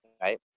right